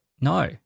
No